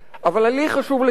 אבל לי חשוב לסיים,